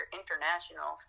international